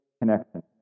connection